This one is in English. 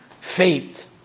fate